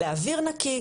לאוויר נקי,